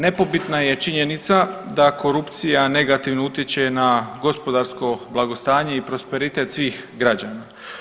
Nepobitna je činjenica da korupcija negativno utječe na gospodarsko blagostanje i prosperitet svih građana.